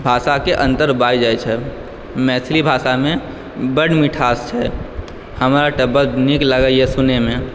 भाषाके अन्तर भए जाइ छै मैथिली भाषामे बड्ड मिठास छै हमरा तऽ बड्ड नीक लागैए सुनयमे